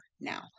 now